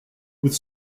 with